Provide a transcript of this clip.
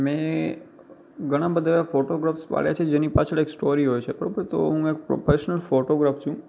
મેં ઘણા બધા એવા ફોટોગ્રાફસ પાડ્યા છે જેની પાછળ એક સ્ટોરી હોય છે બરાબર તો હું એક પ્રૉફેશનલ ફોટોગ્રાફ છું